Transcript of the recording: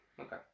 okay